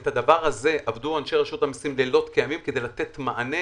ועל הדבר הזה עבדו אנשי רשות המיסים לילות כימים כדי לתת מענה.